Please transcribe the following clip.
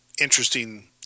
interesting